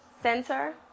Center